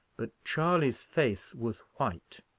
but charley's face was white,